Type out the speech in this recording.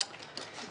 כן.